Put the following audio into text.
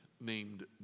named